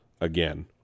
again